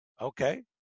Okay